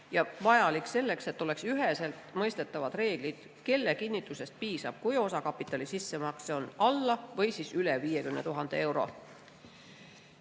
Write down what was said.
ja vajalik selleks, et oleks üheselt mõistetavad reeglid, kelle kinnitusest piisab, kui osakapitali sissemakse on alla või üle 50 000